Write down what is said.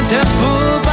Temple